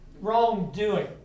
wrongdoing